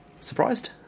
Surprised